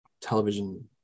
television